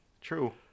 True